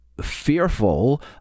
fearful